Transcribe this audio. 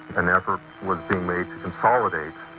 an effort was being made to consolidate.